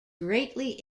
greatly